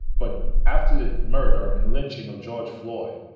but after the murder and lynching of george floyd,